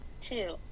Two